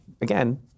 Again